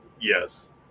yes